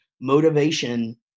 motivation